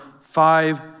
five